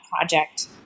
project